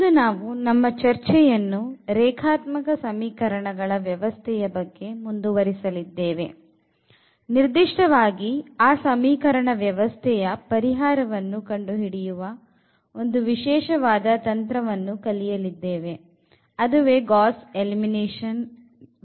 ಇಂದು ನಾವು ನಮ್ಮ ಚರ್ಚೆಯನ್ನು ರೇಖಾತ್ಮಕ ಸಮೀಕರಣಗಳ ವ್ಯವಸ್ಥೆಯ ಬಗ್ಗೆ ಮುಂದುವರಿಸಲಿದ್ದೇವೆ ನಿರ್ದಿಷ್ಟವಾಗಿ ಆ ಸಮೀಕರಣ ವ್ಯವಸ್ಥೆಯ ಪರಿಹಾರವನ್ನು ಕಂಡು ಹಿಡಿಯುವ ಒಂದು ವಿಶೇಷವಾದ ತಂತ್ರವನ್ನು ಕಲಿಯಲಿದ್ದೇವೆ ಅದುವೇ ಗಾಸ್ ಎಲಿಮಿನೇಷನ್ ವಿಧಾನ